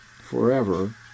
forever